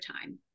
time